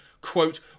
quote